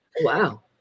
Wow